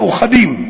מאוחדים.